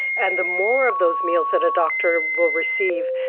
and the more of those meals that a doctor will receive,